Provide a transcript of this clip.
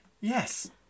Yes